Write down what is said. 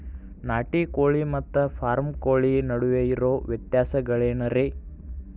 ನಾಟಿ ಕೋಳಿ ಮತ್ತ ಫಾರಂ ಕೋಳಿ ನಡುವೆ ಇರೋ ವ್ಯತ್ಯಾಸಗಳೇನರೇ?